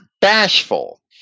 bashful